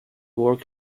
work